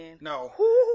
No